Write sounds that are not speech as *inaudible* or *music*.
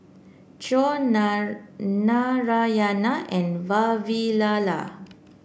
Choor *unintelligible* Narayana and Vavilala